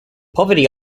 poverty